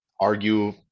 argue